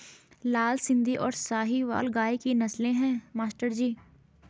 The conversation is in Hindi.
लाल सिंधी और साहिवाल गाय की नस्लें हैं मास्टर जी